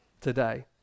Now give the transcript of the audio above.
today